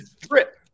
drip